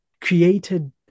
created